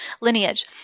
lineage